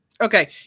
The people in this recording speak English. Okay